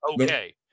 okay